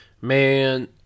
man